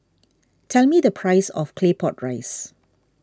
tell me the price of Claypot Rice